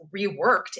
reworked